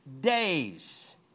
days